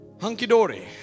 hunky-dory